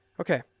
Okay